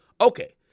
Okay